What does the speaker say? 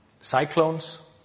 cyclones